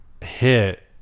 hit